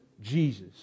Jesus